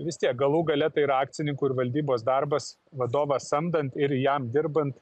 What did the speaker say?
vis tiek galų gale tai yra akcininkų ir valdybos darbas vadovą samdant ir jam dirbant